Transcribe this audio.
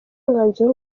umwanzuro